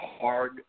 hard